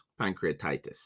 pancreatitis